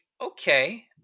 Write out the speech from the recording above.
okay